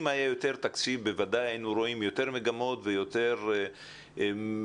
אם היה תקציב בוודאי היינו רואים יותר מגמות ויותר מתנ"סים,